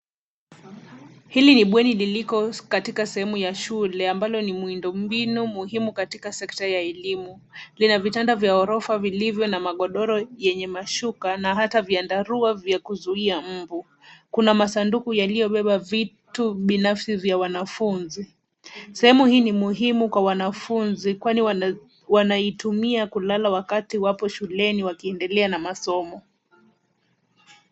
Hili ni bweni liliko katika sehemu ya shule ambalo ni miundombinu muhimu katika sekta ya elimu. Lina vitanda vya gorofa vilivyo na magodoro yenye mashuka na hata vyandarua vya kuzuia mbu. Kuna masanduku yaliyobeba vitu binafsi vya wanafunzi. Sehemu hii ni muhimu kwa wanafunzi kwani wana- wanaitumia kulala wakati wapo shuleni wakiendelea na masomo.